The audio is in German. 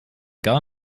gar